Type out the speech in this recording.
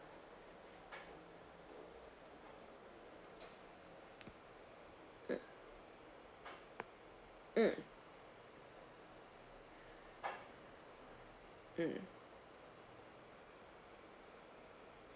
mm mm